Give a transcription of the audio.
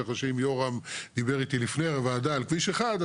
כך שאם יורם דיבר איתי לפני הוועדה על כביש 1,